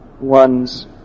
one's